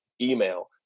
email